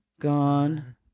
gone